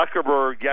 Zuckerberg